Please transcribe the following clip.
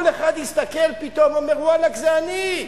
כל אחד הסתכל, פתאום אומר: ואללה, זה אני,